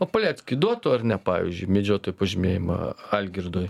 o paleckiui duotų ar ne pavyzdžiui medžiotojo pažymėjimą algirdui